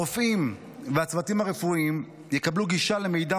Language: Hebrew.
הרופאים והצוותים הרפואיים יקבלו גישה למידע